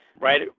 Right